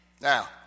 Now